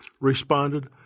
responded